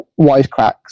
wisecracks